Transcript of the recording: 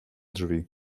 drzwi